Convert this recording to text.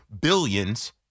billions